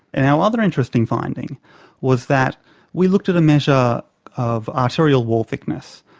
and our other interesting finding was that we looked at a measure of arterial wall thickness,